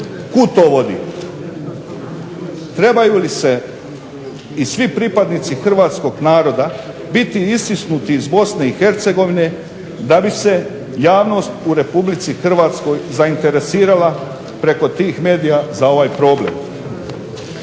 Kud to vodi? Trebaju li se i svi pripadnici hrvatskog naroda biti istisnuti iz BiH da bi se javnost u RH zainteresirala preko tih medija za ovaj problem?